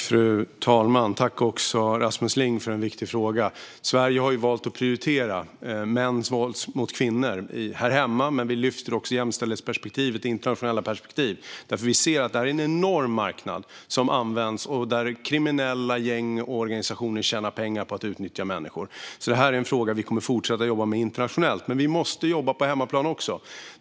Fru talman! Tack, Rasmus Ling, för en viktig fråga! Sverige har valt att prioritera mäns våld mot kvinnor här hemma, men vi lyfter också upp jämställdhetsperspektivet i internationella sammanhang. Vi ser att det här är en enorm marknad där kriminella gäng och organisationer tjänar pengar på att utnyttja människor. Det här är en fråga vi kommer att fortsätta att arbeta med internationellt. Men vi måste jobba på hemmaplan också.